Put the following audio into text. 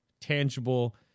tangible